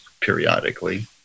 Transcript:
periodically